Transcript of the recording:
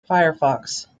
firefox